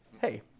hey